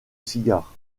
cigare